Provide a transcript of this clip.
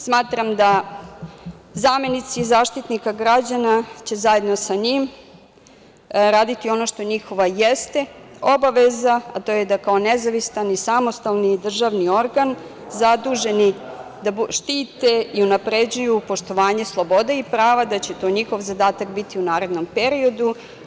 Smatram da zamenici Zaštitnika građana će zajedno sa njim raditi ono što jeste njihova obaveza, a to je da kao nezavistan i samostalni državni organ, zaduženi da štite i unapređuju poštovanje sloboda i prava, da će to njihov zadatak biti u narednom periodu.